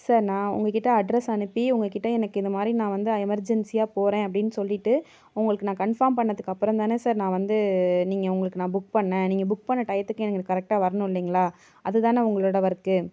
sir நான் உங்கள்கிட்ட address அனுப்பி உங்கள்கிட்ட எனக்கு இத மாரி நான் வந்து எமர்ஜென்சியாக போகறேன் அப்படின்னு சொல்லிவிட்டு உங்களுக்கு நான் கன்ஃபார்ம் பண்ணதுக்கு அப்புறந்தானே சார் நான் வந்து நீங்கள் உங்களுக்கு நான் புக் பண்ணேன் நீங்கள் புக் பண்ண டையத்துக்கு எனக்கு கரெக்டாக வரணும் இல்லைங்களா அது தான உங்களோட ஒர்க்கு